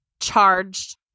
charged